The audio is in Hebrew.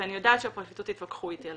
ואני יודעת שבפרקליטות יתווכחו איתי על